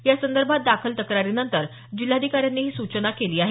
यासंदर्भात दाखल तक्रारीनंतर जिल्हाधिकाऱ्यांनी ही सूचना केली आहे